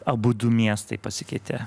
abudu miestai pasikeitė